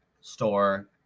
store